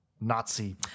nazi